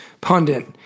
pundit